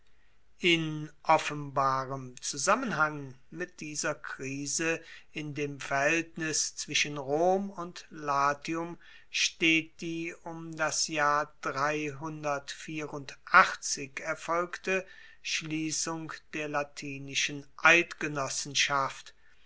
in offenbarem zusammenhang mit dieser krise in dem verhaeltnis zwischen rom und latium steht die um das jahr erfolgte schliessung der latinischen eidgenossenschaft